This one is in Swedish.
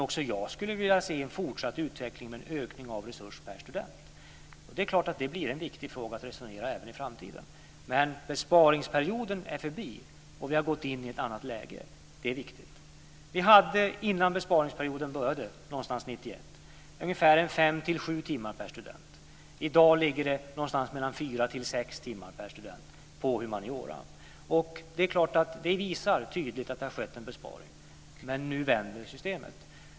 Också jag skulle vilja se en fortsatt utveckling med en ökning av resurserna per student. Det är klart att det blir en viktig fråga att resonera omkring även i framtiden. Men besparingsperioden är förbi och vi har gått in i ett annat läge. Det är viktigt. Vi hade innan besparingsperioden började någonstans 1991 5-7 timmar per student. I dag ligger det på 4-6 timmar per student i fråga om humanioran. Det är klart att det tydligt visar att det har skett en besparing. Men nu vänder systemet.